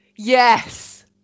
yes